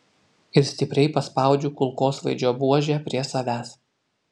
ir stipriai paspaudžiu kulkosvaidžio buožę prie savęs